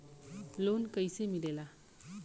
Loan कईसे मिलेला?